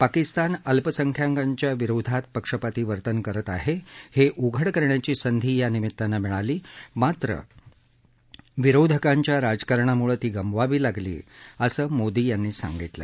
पाकिस्तान अल्पसंख्याकांच्या विरोधात पक्षपाती वर्तन करत आहे हे उघड करण्याची संधी या निमित्तानं मिळाली मात्र विरोधकांच्या राजकारणामुळे ती गमवावी लागली असं मोदी म्हणाले